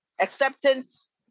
acceptance